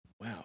Wow